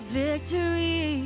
victory